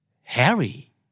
Harry